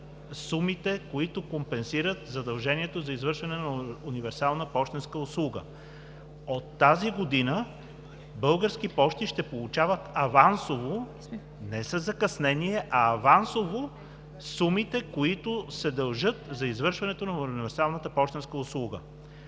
които компенсират задължението за извършване на универсалната пощенска услуга. От тази година Български пощи ще получават авансово – не със закъснение, а авансово – сумите, които се дължат за извършването на универсалната пощенска услуга.